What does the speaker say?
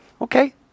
okay